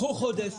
קחו חודש